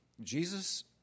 Jesus